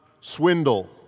swindle